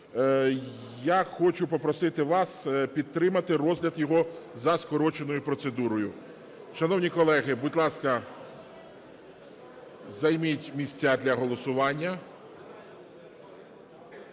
Я хочу попросити вас підтримати розгляд його за скороченою процедурою. Шановні колеги, будь ласка, займіть місця для голосування.